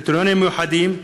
וקריטריונים מיוחדים.